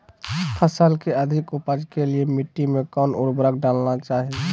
फसल के अधिक उपज के लिए मिट्टी मे कौन उर्वरक डलना चाइए?